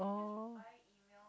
oh